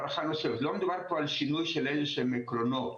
לא מדובר פה על שינוי של איזה שהם עקרונות.